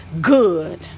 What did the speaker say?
good